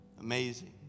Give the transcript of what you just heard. Amazing